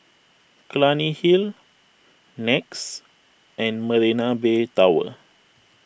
Clunny Hill Nex and Marina Bay Tower